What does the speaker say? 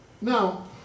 now